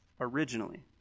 originally